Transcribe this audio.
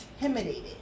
intimidated